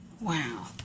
Wow